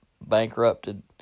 bankrupted